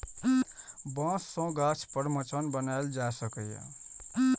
बांस सं गाछ पर मचान बनाएल जा सकैए